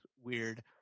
weird